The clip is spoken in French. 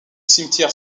cimetière